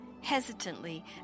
hesitantly